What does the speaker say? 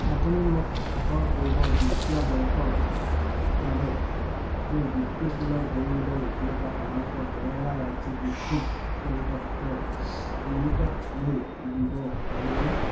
আপুনি মোক শেষৰ পূৰ্বৰ বিত্তীয় বৰ্ষৰ বাবে মোৰ বিদ্যুৎ বিলৰ পৰিশোধৰ ইতিহাসৰ সাৰাংশ কেৰালা ৰাজ্যিক বিদ্যুৎ পৰিষদৰ লিমিটেডলৈ দিব পাৰিবনে